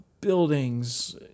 Buildings